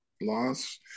loss